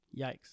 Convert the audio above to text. Yikes